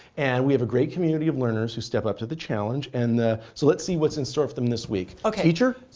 and we have a great community of learners who step up to the challenge. and so let's see what's in store for them this week. ok. teacher.